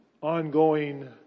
ongoing